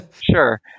Sure